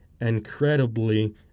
incredibly